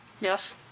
Yes